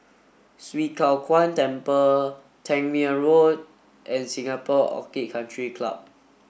Swee Kow Kuan Temple Tangmere Road and Singapore Orchid Country Club